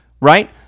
right